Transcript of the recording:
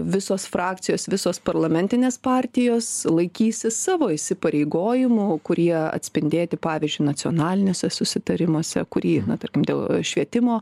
visos frakcijos visos parlamentinės partijos laikysis savo įsipareigojimų kurie atspindėti pavyzdžiui nacionaliniuose susitarimuose kurį tarkim dėl švietimo